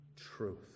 truth